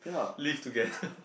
live together